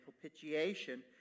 Propitiation